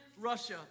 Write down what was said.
Russia